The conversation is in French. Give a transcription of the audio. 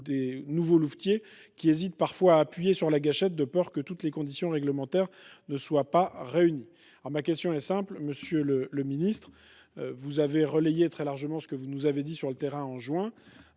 de nouveaux louvetiers qui hésitent parfois à appuyer sur la gâchette de peur que toutes les conditions réglementaires ne soient pas réunies. Ma question est simple, monsieur le ministre. Vous avez très largement relayé ce que vous nous avez dit sur le terrain en juin.